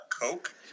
Coke